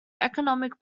economic